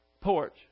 porch